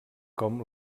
com